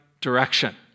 direction